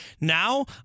Now